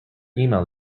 email